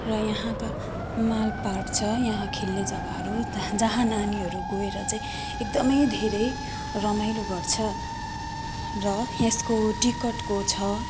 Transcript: र यहाँ त माल पार्क छ यहाँ खेल्ने जग्गाहरू जहाँ जहाँ नानीहरू गएर चाहिँ एकदमै धेरै रमाइलो गर्छ र यसको टिकटको छ